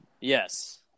Yes